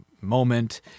moment